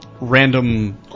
random